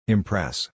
Impress